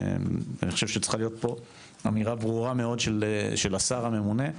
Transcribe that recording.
אני חושב שצריכה להיות פה אמירה ברורה מאוד של השר הממונה,